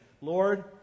Lord